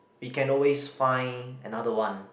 we can always find another one